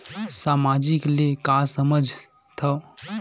सामाजिक ले का समझ थाव?